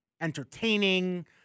entertaining